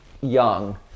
young